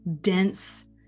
dense